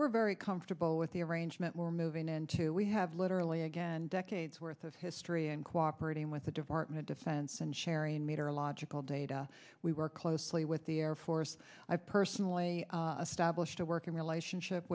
we're very comfortable with the arrangement we're moving into we have literally again decades worth of history and cooperating with the department defense and sharing meterological data we work closely with the air force i personally stablished a working relationship